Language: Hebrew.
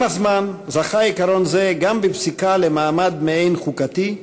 עם הזמן זכה עיקרון זה גם בפסיקה למעמד מעין-חוקתי,